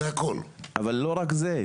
אבל לא רק זה,